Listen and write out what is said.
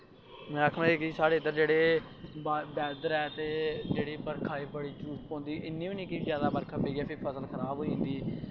में आखनां कि साढ़े इध्दर जेह्ड़े बैद्दर ऐ ते बरखा दी बड़ी जरूरत पौंदी इन्नी बी नी कि जादा बरखा पेई जा कते फ्ही फसल खराब होई जंदी